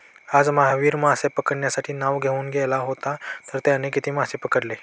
आज महावीर मासे पकडण्यासाठी नाव घेऊन गेला होता तर त्याने किती मासे पकडले?